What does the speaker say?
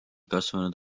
kasvanud